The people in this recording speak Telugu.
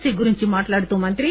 టి గురించి మాట్లాడుతూ మంత్రి